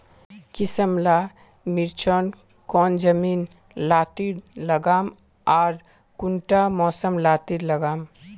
किसम ला मिर्चन कौन जमीन लात्तिर लगाम आर कुंटा मौसम लात्तिर लगाम?